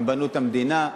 הם בנו את המדינה.